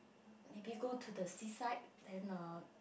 maybe go to the seaside then uh